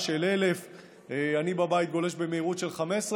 של 1,000. אני בבית גולש במהירות של 15,